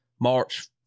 March